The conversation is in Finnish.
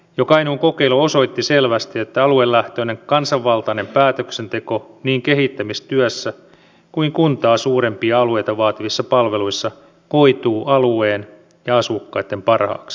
jo kainuun kokeilu osoitti selvästi että aluelähtöinen kansanvaltainen päätöksenteko niin kehittämistyössä kuin kuntaa suurempia alueita vaativissa palveluissa koituu alueen ja asukkaitten parhaaksi